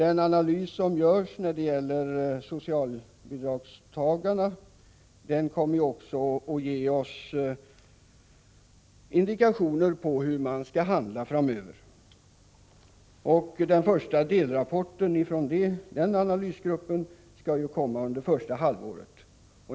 En analys av behovet av socialbidrag kommer också att ge oss indikationer på hur vi skall handla framöver. Den första delrapporten från analysgruppen skall komma ut under första halvåret.